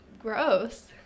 gross